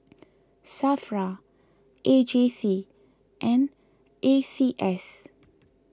Safra A J C and A C S